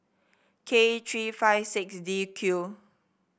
K three five six D Q